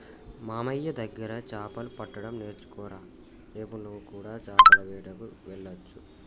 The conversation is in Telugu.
మామయ్య దగ్గర చాపలు పట్టడం నేర్చుకోరా రేపు నువ్వు కూడా చాపల వేటకు వెళ్లొచ్చు